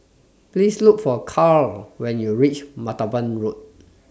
Please Look For Caryl when YOU REACH Martaban Road